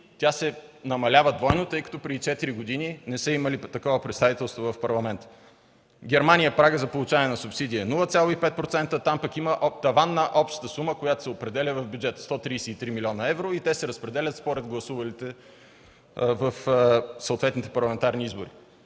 тя се намалява двойно, тъй като преди четири години не са имали такова представителство в Парламента. Германия. Прагът за получаване на субсидия е 0,5%. Там има таван на общата сума, която се определя в бюджета – 133 млн. евро. Те се разпределят според гласувалите в съответните парламентарни избори.